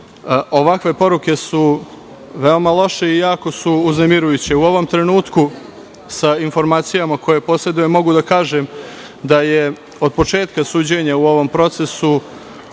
obima? Ovakve poruke su veoma loše i jako su uznemirujuće. U ovom trenutku, sa informacijama koje posedujemo, mogu da kažem da je od početka suđenja u ovom procesu